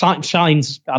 shines